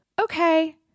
Okay